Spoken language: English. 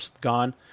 gone